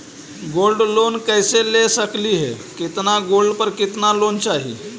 Gold loan कैसे ले सकली हे, कितना गोल्ड पर कितना लोन चाही?